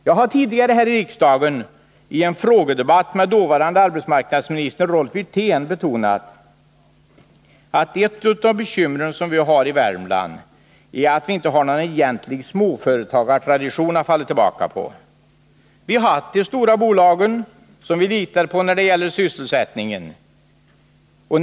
Jag har tidigare här i riksdagen i en frågedebatt med dåvarande arbetsmarknadsministern Rolf Wirtén betonat att ett av bekymren i Värmland är att vi inte har någon egentlig småföretagartradition att falla tillbaka på. Vi har haft de stora bolagen, som vi litat på när det gällt sysselsättningen.